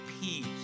peace